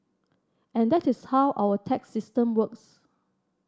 and that is how our tax system works